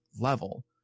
level